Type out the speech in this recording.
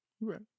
Right